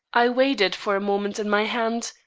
i weighed it for a moment in my hand,